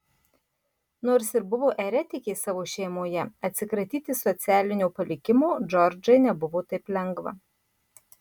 nors ir buvo eretikė savo šeimoje atsikratyti socialinio palikimo džordžai nebuvo taip lengva